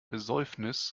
besäufnis